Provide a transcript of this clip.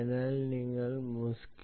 അതിനാൽ നിങ്ങൾ mosquitto